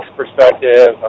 perspective